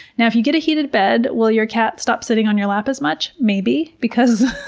now, if you get a heated bed, will your cat stop sitting on your lap as much? maybe, because